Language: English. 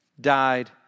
died